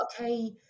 okay